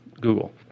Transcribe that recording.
Google